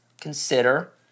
consider